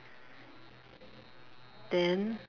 then